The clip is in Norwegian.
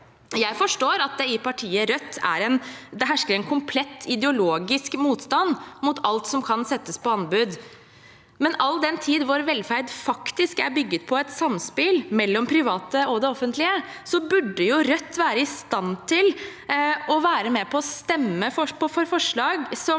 Jeg forstår at det i partiet Rødt hersker en komplett ideologisk motstand mot alt som kan settes på anbud, men all den tid vår velferd faktisk er bygget på et samspill mellom private og det offentlige, burde jo Rødt være i stand til å være med på å stemme for forslag som